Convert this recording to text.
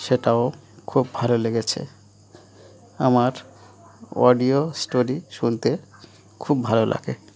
সেটাও খুব ভালো লেগেছে আমার অডিও স্টোরি শুনতে খুব ভালো লাগে